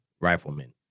riflemen